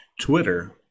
Twitter